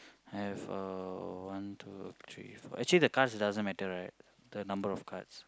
have uh one two three four actually the cards doesn't matter right the number of cards